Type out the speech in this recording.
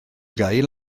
gael